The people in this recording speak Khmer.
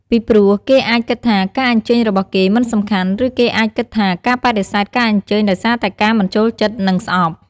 ពីព្រោះគេអាចគិតថាការអញ្ជើញរបស់គេមិនសំខាន់ ឬគេអាចគិតថាការបដិសេធការអញ្ជើញដោយសារតែការមិនចូលចិត្ត និងស្អប់។